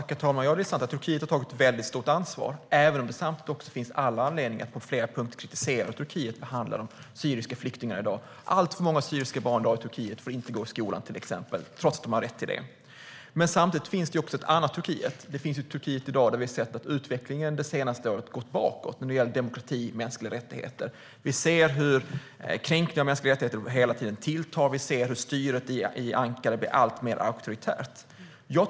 Herr talman! Det är sant att Turkiet har tagit ett väldigt stort ansvar, även om det samtidigt finns all anledning att på flera punkter kritisera Turkiet för hur de i dag behandlar de syriska flyktingarna. Alltför många syriska barn i Turkiet får i dag till exempel inte gå i skolan trots att de har rätt till det. Samtidigt finns det ett annat Turkiet. Det finns i dag ett Turkiet där vi sett att utvecklingen det senaste året gått bakåt när det gäller demokrati och mänskliga rättigheter. Vi ser hur kränkningar av mänskliga rättigheter hela tiden tilltar och hur styret i Ankara blir alltmer auktoritärt.